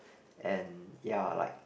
and ya like